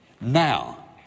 now